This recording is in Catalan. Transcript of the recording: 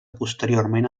posteriorment